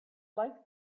like